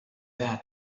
there